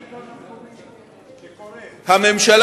מה עם,